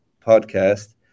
podcast